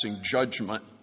judgment